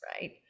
right